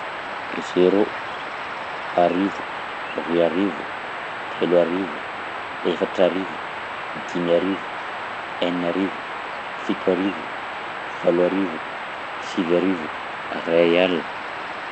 Zéro, arivo, roy arivo, telo arivo, efatra arivo, dimy arivo, enina arivo, fito arivo, valo arivo, sivy arivo, iray alina.